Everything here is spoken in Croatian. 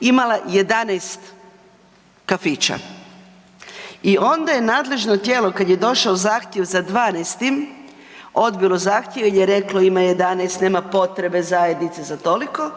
imala 11 kafića. I onda je nadležno tijelo, kad je došao zahtjev za 12. odbilo zahtjev i reklo, ima 11, nema potrebe zajednice za toliko.